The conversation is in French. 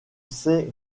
c’est